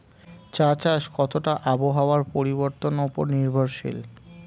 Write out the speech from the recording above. চা চাষ কতটা আবহাওয়ার পরিবর্তন উপর নির্ভরশীল?